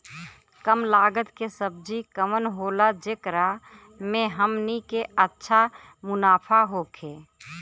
कम लागत के सब्जी कवन होला जेकरा में हमनी के अच्छा मुनाफा होखे?